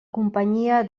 companyia